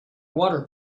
water